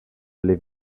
live